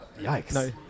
yikes